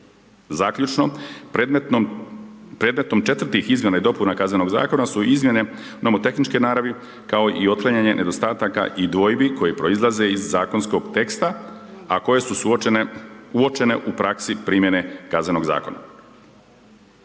Zaključno, predmetnom četvrtih izmjena i dopuna KZ-a su izmjene nomotehničke naravi kao i otklanjanje nedostataka i dvojbi koje proizlaze iz zakonskog teksta a koje su uočene u praksi primjene KZ-a.